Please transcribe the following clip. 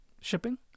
shipping